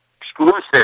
exclusive